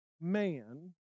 man